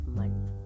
money